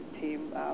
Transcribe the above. team